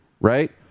right